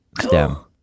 stem